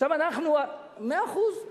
מאה אחוז.